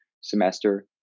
semester